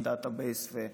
על דאטה בייס,